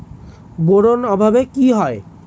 Boron অভাবে কি হয়?